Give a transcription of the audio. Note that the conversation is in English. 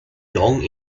long